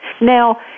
Now